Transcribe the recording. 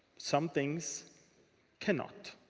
some things cannot.